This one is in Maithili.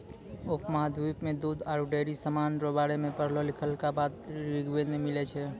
उपमहाद्वीप मे दूध आरु डेयरी समान रो बारे मे पढ़लो लिखलहा बात ऋग्वेद मे मिलै छै